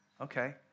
Okay